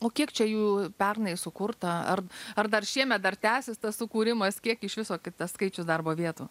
o kiek čia jų pernai sukurta ar ar dar šiemet dar tęsis tas sukūrimas kiek iš viso kaip tas skaičius darbo vietų